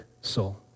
soul